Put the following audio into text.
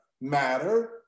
matter